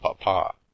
Papa